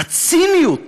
הציניות